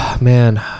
man